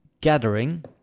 gathering